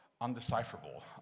undecipherable